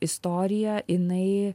istorija jinai